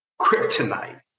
Kryptonite